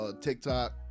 TikTok